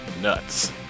nuts